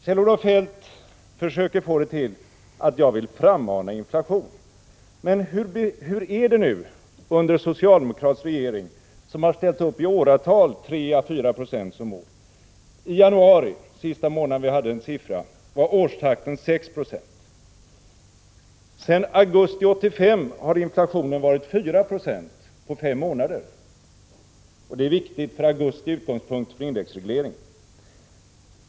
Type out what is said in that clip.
Kjell-Olof Feldt försöker få det till att jag vill frammana inflation. Men hur är det nu under en socialdemokratisk regering som i åratal har ställt upp 3 å 4 Jo som mål? I januari, den senaste månad för vilken vi har en siffra, var årstakten 6 96. Sedan augusti 1985 har inflationen varit 4 26 på fem månader. Detta är viktigt, för augusti är utgångspunkt för indexregleringen.